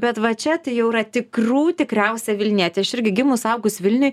bet va čia tai jau yra tikrų tikriausia vilnietė aš irgi gimus augus vilniuj